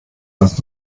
das